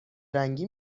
رنگی